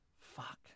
Fuck